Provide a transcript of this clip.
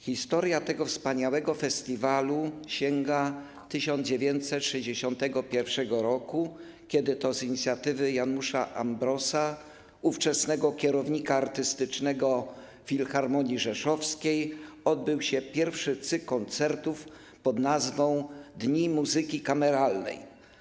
Historia tego wspaniałego festiwalu sięga 1961 r., kiedy to z inicjatywy Janusza Ambrosa, ówczesnego kierownika artystycznego Filharmonii Rzeszowskiej, odbył się pierwszy cykl koncertów pod nazwą Dni Muzyki Kameralnej.